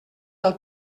del